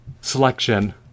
selection